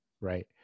right